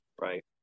right